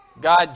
God